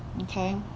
okay